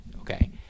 okay